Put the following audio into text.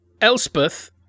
Elspeth